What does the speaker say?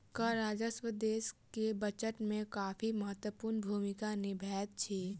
कर राजस्व देश के बजट में काफी महत्वपूर्ण भूमिका निभबैत अछि